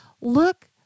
Look